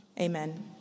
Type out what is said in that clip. Amen